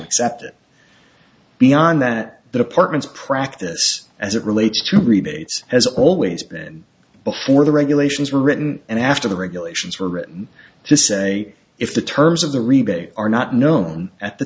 accept it beyond that the department's practice as it relates to rebates has always been before the regulations were written and after the regulations were written to say if the terms of the rebate are not known at the